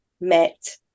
met